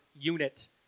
unit